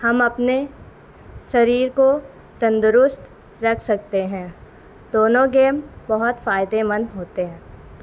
ہم اپنے شریر کو تندرست رکھ سکتے ہیں دونوں گیم بہت فائدے مند ہوتے ہیں